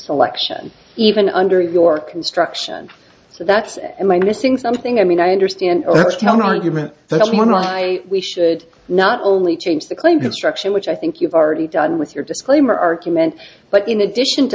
selection even under your construction so that's am i missing something i mean i understand the town argument but i want to i we should not only change the claim construction which i think you've already done with your disclaimer argument but in addition to